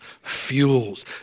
fuels